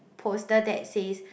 poster that says